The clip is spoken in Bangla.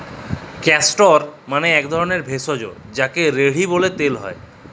ক্যাস্টর মালে এক ধরলের ভেষজ যাকে রেড়ি ব্যলে তেল হ্যয়